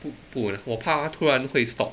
不不 like 我怕它突然会 stop